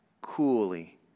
coolly